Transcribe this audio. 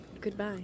Goodbye